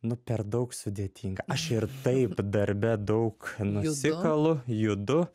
nu per daug sudėtinga aš ir taip darbe daug nusikalu judu